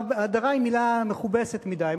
הדרה היא מלה מכובסת מדי,